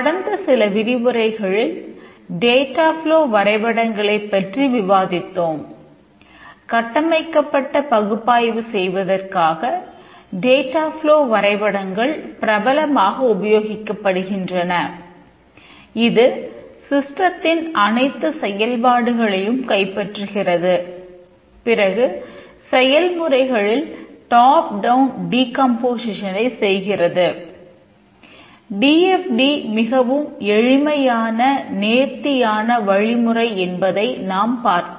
கடந்த சில விரிவுரைகளில் டேட்டா ஃப்ளோ மிகவும் எளிமையான நேர்த்தியான வழிமுறை என்பதை நாம் பார்த்தோம்